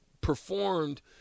performed